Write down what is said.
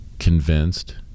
Convinced